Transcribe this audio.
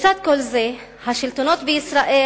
לצד כל זה, השלטונות בישראל